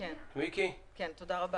כן תודה.